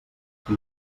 qui